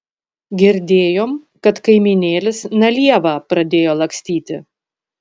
girdėjom kad kaimynėlis na lieva pradėjo lakstyti